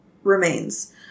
Remains